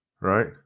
right